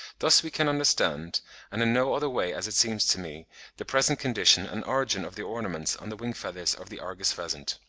thus we can understand and in no other way as it seems to me the present condition and origin of the ornaments on the wing-feathers of the argus pheasant.